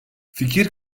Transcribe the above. fikir